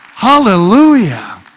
Hallelujah